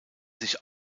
sich